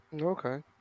Okay